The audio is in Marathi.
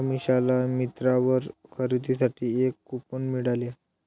अमिषाला मिंत्रावर खरेदीसाठी एक कूपन मिळाले